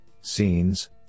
scenes